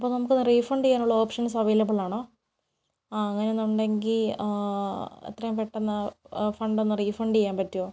അപ്പോൾ നമുക്കത് റീഫണ്ട് ചെയ്യാനുള്ള ഓപ്ഷൻസ് അവെയിലബിളാണോ ആ അങ്ങനെ ഉണ്ടെങ്കിൽ എത്രയും പെട്ടന്ന് ആ ഫണ്ട് ഒന്ന് റീഫണ്ട് ചെയ്യാൻ പറ്റോ